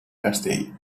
castell